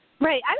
Right